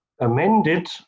amended